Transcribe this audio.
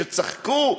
שצחקו,